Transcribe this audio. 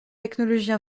technologies